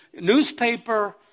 newspaper